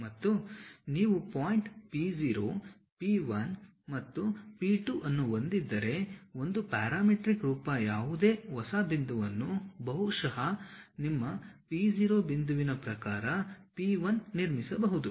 ಮತ್ತು ನೀವು point P0 P1 ಮತ್ತು P2 ಅನ್ನು ಹೊಂದಿದ್ದರೆ ಒಂದು ಪ್ಯಾರಾಮೀಟ್ರಿಕ್ ರೂಪ ಯಾವುದೇ ಹೊಸ ಬಿಂದುವನ್ನು ಬಹುಶಃ ನಿಮ್ಮ P0 ಬಿಂದುವಿನ ಪ್ರಕಾರ P1 ನಿರ್ಮಿಸಬಹುದು